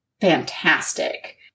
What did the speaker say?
fantastic